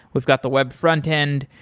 we've got the web frontend.